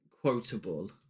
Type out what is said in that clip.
Quotable